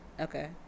Okay